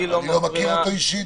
אני לא מכיר אותו אישית,